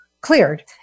cleared